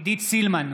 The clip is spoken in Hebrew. עידית סילמן,